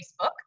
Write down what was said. Facebook